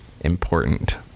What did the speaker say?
important